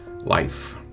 life